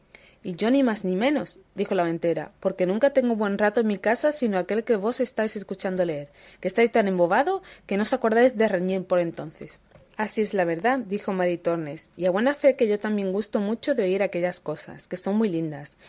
y yo ni más ni menos dijo la ventera porque nunca tengo buen rato en mi casa sino aquel que vos estáis escuchando leer que estáis tan embobado que no os acordáis de reñir por entonces así es la verdad dijo maritornes y a buena fe que yo también gusto mucho de oír aquellas cosas que son muy lindas